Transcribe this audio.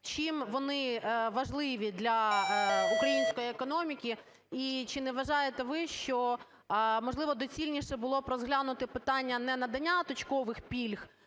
чим вони важливі для української економіки? І чи не вважаєте ви, що, можливо, доцільніше було б розглянути питання не надання точкових пільг